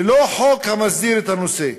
ללא חוק המסדיר את הנושא,